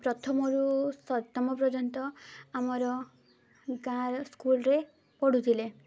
ପ୍ରଥମରୁ ସପ୍ତମ ପର୍ଯ୍ୟନ୍ତ ଆମର ଗାଁର ସ୍କୁଲରେ ପଢ଼ୁଥିଲେ